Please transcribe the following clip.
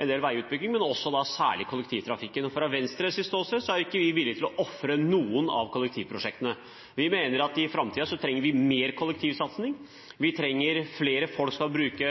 en del veiutbygging og særlig kollektivtrafikken. Fra Venstres ståsted er vi ikke villig til å ofre noen av kollektivprosjektene. Vi mener at i framtiden trenger vi mer kollektivsatsing, vi trenger å få flere til å bruke